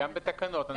גם בתקנות.